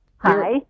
Hi